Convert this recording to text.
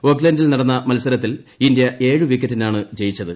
ഓക്ക്ലന്റിൽ നടന്ന മത്സരത്തിൽ ഇന്ത്യ ഏഴു വിക്കറ്റിനാണ് ജയിച്ചത്